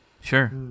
Sure